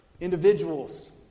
individuals